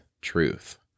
truth